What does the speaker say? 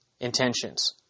intentions